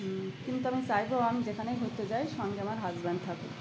হুম কিন্তু আমি চাইবো আমি যেখানেই হতে যাই সঙ্গে আমার হাসব্যান্ড থাকে